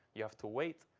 you have to wait.